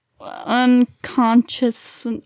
unconscious